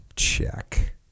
check